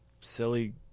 silly